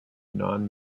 non